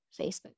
Facebook